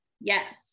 Yes